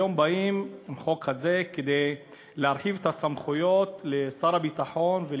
היום באים עם חוק כזה כדי להרחיב את הסמכויות של שר הביטחון ושל